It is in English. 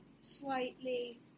slightly